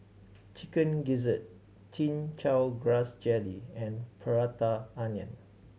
Chicken Gizzard Chin Chow Grass Jelly and Prata Onion